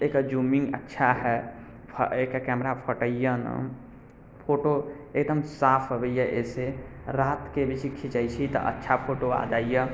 एकर zooming अच्छा हइ फऽ एकर कैमरा फटैए नऽ फोटो एकदम साफ अबैए एहिसँ रातिकेँ भी खीचैत छी तऽ अच्छा फोटो आ जाइए